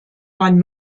man